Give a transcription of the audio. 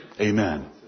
Amen